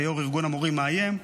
ויושב-ראש ארגון המורים מאיים.